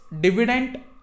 dividend